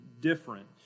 different